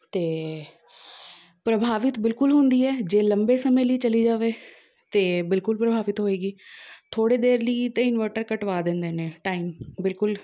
ਅਤੇ ਪ੍ਰਭਾਵਿਤ ਬਿਲਕੁਲ ਹੁੰਦੀ ਹੈ ਜੇ ਲੰਬੇ ਸਮੇਂ ਲਈ ਚਲੀ ਜਾਵੇ ਤਾਂ ਬਿਲਕੁਲ ਪ੍ਰਭਾਵਿਤ ਹੋਏਗੀ ਥੋੜ੍ਹੇ ਦੇਰ ਲਈ ਤਾਂ ਇਨਵਰਟਰ ਕੱਟਵਾ ਦਿੰਦੇ ਨੇ ਟਾਈਮ ਬਿਲਕੁਲ